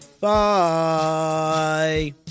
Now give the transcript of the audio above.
Bye